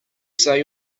say